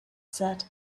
said